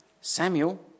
Samuel